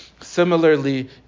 Similarly